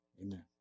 amen